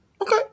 okay